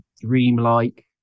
dreamlike